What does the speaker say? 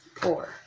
four